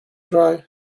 dry